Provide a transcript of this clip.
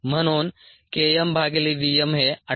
म्हणून K m भागिले v m हे 58